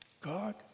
God